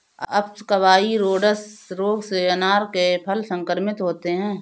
अप्सकवाइरोइड्स रोग से अनार के फल संक्रमित होते हैं